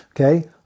okay